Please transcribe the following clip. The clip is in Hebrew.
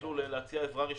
אפילו להציע עזרה ראשונית.